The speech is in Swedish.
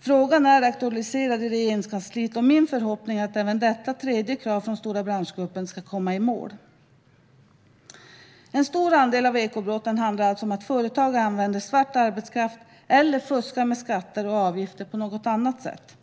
Frågan är aktualiserad i Regeringskansliet, och min förhoppning är att även detta tredje krav från Stora branschgruppen ska komma i mål. En stor andel av ekobrotten handlar alltså om att företag använder svart arbetskraft eller fuskar med skatter och avgifter på något annat sätt.